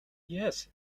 yes